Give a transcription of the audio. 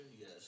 Yes